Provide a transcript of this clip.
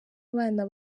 abana